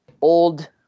old